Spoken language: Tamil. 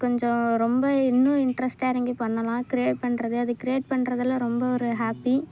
கொஞ்சம் ரொம்ப இன்னும் இன்ட்ரஸ்ட்டாக இறங்கி பண்ணலாம் கிரேட் பண்ணுறது அது கிரியேட் பண்ணுறதுல ரொம்ப ஒரு ஹாப்பி